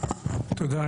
תודה.